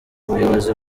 ubuyobozi